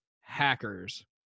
hackers